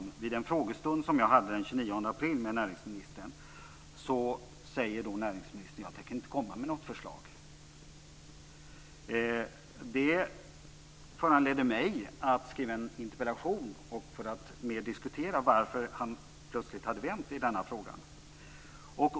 Vid en frågedebatt med näringsministern som jag hade den 29 april sade näringsministern att han inte tänkte komma med något förslag. Det föranledde mig att skriva en interpellation för att mer diskutera varför han plötsligt hade vänt i denna fråga.